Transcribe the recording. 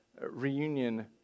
reunion